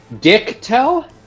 Dick-tell